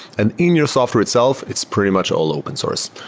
and in your software itself, it's pretty much all open source.